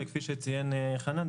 וכפי שציין חנן,